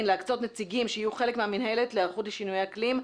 להקצות נציגים שיהיו חלק מהמינהלת להיערכות לשינויי אקלים,